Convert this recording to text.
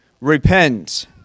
repent